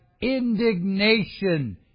indignation